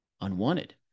unwanted